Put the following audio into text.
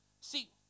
See